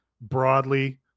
broadly